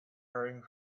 hurrying